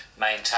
maintain